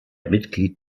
mitglied